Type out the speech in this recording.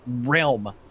realm